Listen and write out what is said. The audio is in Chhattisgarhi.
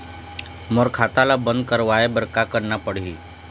मोर खाता ला बंद करवाए बर का करना पड़ही?